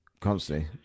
constantly